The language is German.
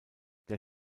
der